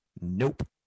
Nope